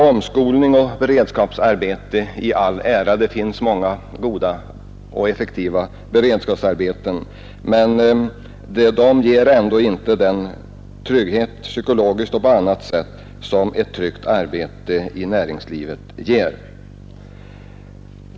Omskolning och beredskapsarbete i all ära — det finns många goda och effektiva beredskapsarbeten — men de ger ändå inte en trygghet, psykologiskt och på annat sätt, som ett bra arbete i näringslivet ger.